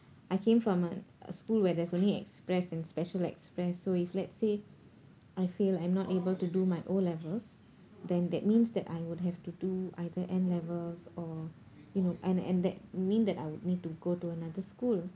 I came from a a school where there's only express and special express so if let's say I feel I'm not able to do my O levels then that means that I would have to do either N levels or you know and and that mean that I would need to go to another school